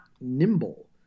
nimble